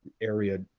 area